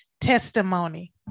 testimony